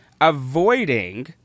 avoiding